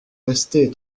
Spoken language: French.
restez